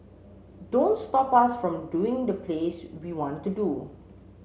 don't stop us from doing the plays we want to do